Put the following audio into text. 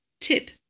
Tip